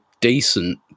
decent